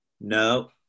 No